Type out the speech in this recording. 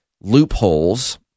loopholes